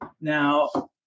Now